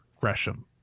Gresham